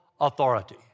authority